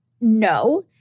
no